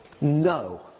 No